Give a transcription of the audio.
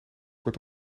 wordt